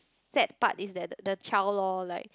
sad part is that the child lor like